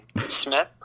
Smith